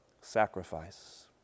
sacrifice